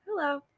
Hello